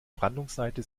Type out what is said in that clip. brandungsseite